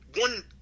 one